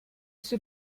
sue